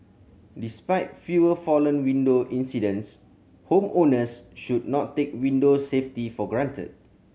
despite fewer fallen window incidents homeowners should not take window safety for granted